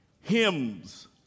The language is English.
Hymns